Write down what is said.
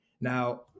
Now